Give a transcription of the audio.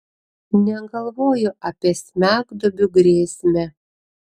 negalvojo apie smegduobių grėsmę